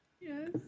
Yes